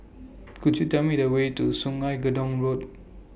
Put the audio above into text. Could YOU Tell Me The Way to Sungei Gedong Road